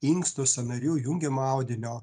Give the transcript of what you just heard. inkstų sąnarių jungiamo audinio